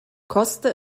koste